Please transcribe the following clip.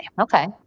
Okay